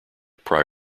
prior